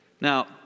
Now